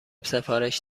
سفارش